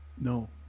No